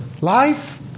life